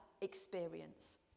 experience